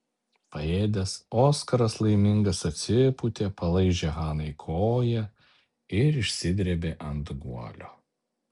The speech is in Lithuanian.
paėdęs oskaras laimingas atsipūtė palaižė hanai koją ir išsidrėbė ant guolio